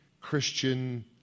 Christian